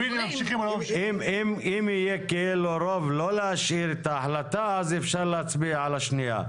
אם יהיה כאילו רוב לא להשאיר את ההחלטה אז אפשר להצביע על השנייה.